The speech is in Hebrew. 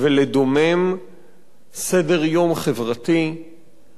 ולדומם סדר-יום חברתי,